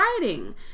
writing